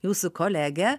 jūsų kolegė